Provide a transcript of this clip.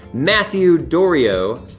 matthew doreo,